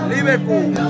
Liverpool